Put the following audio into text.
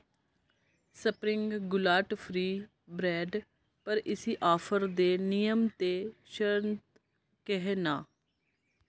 spring गुलाट free bread पर इसी आफर दे नियम ते शर्ट केह् ना